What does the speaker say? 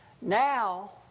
now